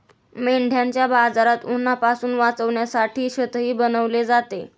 मेंढ्यांच्या बाजारात उन्हापासून वाचण्यासाठी छतही बनवले जाते